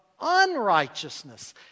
unrighteousness